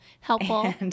helpful